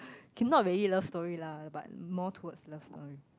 okay not really love story lah but more towards love story